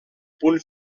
punt